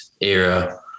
era